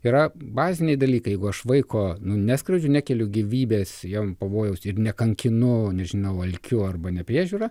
yra baziniai dalykai jeigu aš vaiko neskriaudžiu nekeliu gyvybės jam pavojaus ir nekankinu nežinau alkiu arba nepriežiūra